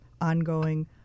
ongoing